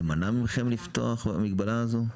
זה מנע מכם לפתוח, המגבלה הזאת?